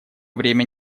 время